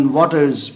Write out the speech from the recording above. waters